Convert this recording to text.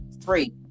three